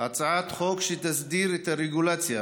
הצעת חוק שתסדיר את הרגולציה